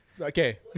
Okay